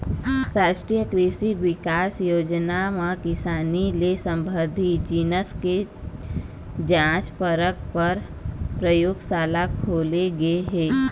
रास्टीय कृसि बिकास योजना म किसानी ले संबंधित जिनिस के जांच परख पर परयोगसाला खोले गे हे